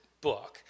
book